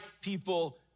people